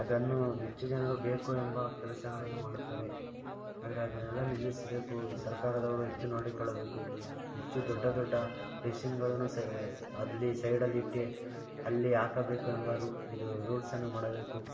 ಅದನ್ನು ಹೆಚ್ಚು ಜನರು ಬೇಕು ಎಂಬ ಕೆಲಸಗಳನ್ನು ಮಾಡುತ್ತಾರೆ ಆದರೆ ಅದನ್ನೆಲ್ಲ ನಿಲ್ಲಿಸಬೇಕು ಈ ಸರ್ಕಾರದವರು ಹೆಚ್ಚು ನೋಡಿಕೊಳ್ಳಬೇಕು ಹೆಚ್ಚು ದೊಡ್ಡ ದೊಡ್ಡ ಮಿಷಿನ್ಗಳನ್ನು ಸೈ ಅಲ್ಲಿ ಸೈಡಲ್ಲಿ ಇಟ್ಟು ಅಲ್ಲಿ ಹಾಕಬೇಕು ಎಂಬ ರು ಇದು ರೂಲ್ಸನ್ನು ಮಾಡಬೇಕು